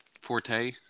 forte